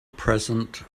present